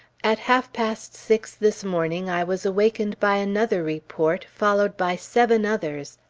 at half-past six this morning i was wakened by another report, followed by seven others,